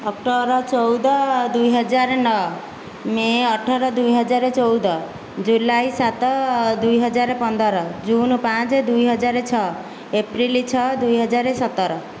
October ଚଉଦ ଦୁଇ ହଜାର ନଅ ମେ' ଅଠର ଦୁଇହଜାର ଚଉଦ ଜୁଲାଇ ସାତ ଦୁଇ ହଜାର ପନ୍ଦର ଜୁନ୍ ପାଞ୍ଚ ଦୁଇହଜାର ଛଅ ଏପ୍ରିଲ୍ ଛଅ ଦୁଇହଜାର ସତର